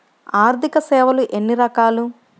ఆర్థిక సేవలు ఎన్ని రకాలు?